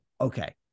Okay